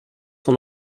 son